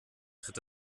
tritt